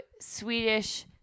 Swedish